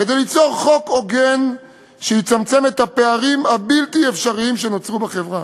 כדי ליצור חוק הוגן שיצמצם את הפערים הבלתי-אפשריים שנוצרו בחברה.